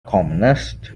economist